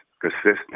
consistent